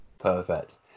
perfect